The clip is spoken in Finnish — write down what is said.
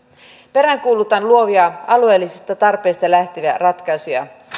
peräänkuulutan luovia alueellisista tarpeista lähteviä ratkaisuja